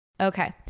Okay